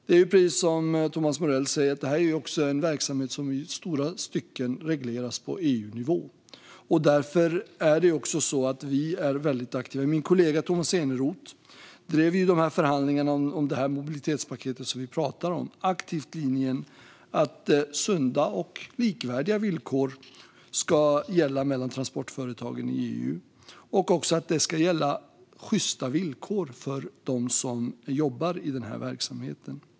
Det är precis som Thomas Morell säger: Det här är en verksamhet som i stora stycken regleras på EU-nivå. Därför är vi väldigt aktiva där. Min kollega Tomas Eneroth drev i förhandlingarna om det mobilitetspaket som vi pratar om aktivt linjen att sunda och likvärdiga villkor ska gälla mellan transportföretagen i EU och att det även ska vara sjysta villkor för dem som jobbar i verksamheten.